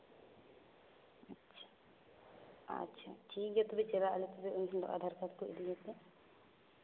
ᱟᱪᱪᱷᱟ ᱟᱪᱪᱷᱟ ᱴᱷᱤᱠᱜᱮᱭᱟ ᱛᱚᱵᱮ ᱪᱟᱞᱟᱜᱼᱟᱞᱮ ᱛᱚᱵᱮ ᱩᱱ ᱦᱤᱞᱳᱜ ᱟᱫᱷᱟᱨ ᱠᱟᱨᱰ ᱠᱚ ᱤᱫᱤ ᱠᱟᱛᱮᱫ